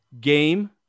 Game